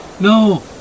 No